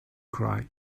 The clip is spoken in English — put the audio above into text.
cry